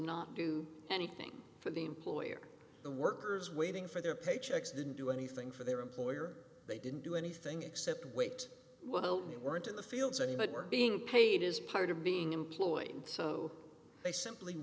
not do anything for the employer the workers waiting for their paychecks didn't do anything for their employer they didn't do anything except wait well they weren't in the field but were being paid as part of being employed so they simply